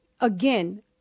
again